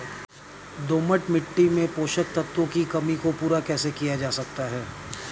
दोमट मिट्टी में पोषक तत्वों की कमी को पूरा कैसे किया जा सकता है?